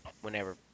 whenever